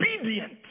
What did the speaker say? obedient